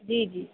जी जी